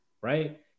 right